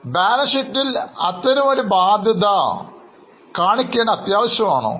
balance ഷീറ്റിൽ അത്തരമൊരു ബാധ്യത കാണിക്കേണ്ടത് ആവശ്യമാണോ